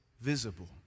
visible